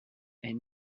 est